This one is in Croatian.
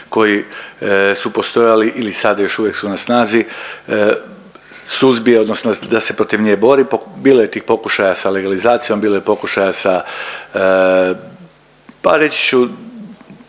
koji su postojali ili sad još uvijek su na snazi suzbije odnosno da se protiv nje bori. Bilo je tih pokušaja sa legalizacijom, bilo je pokušaja sa pa reći ću